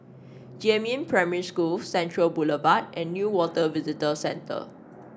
Jiemin Primary School Central Boulevard and Newater Visitor Centre